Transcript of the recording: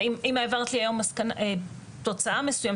אם העברתי היום תוצאה מסוימת,